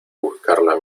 buscarla